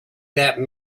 that